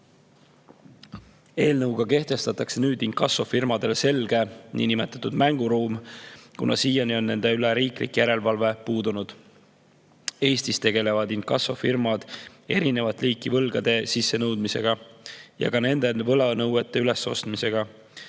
Eelnõuga kehtestatakse nüüd inkassofirmadele selge niinimetatud mänguruum, kuna siiani on nende üle riiklik järelevalve puudunud. Eestis tegelevad inkassofirmad eri liiki võlgade sissenõudmisega ja võlanõuete ülesostmisega.